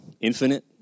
infinite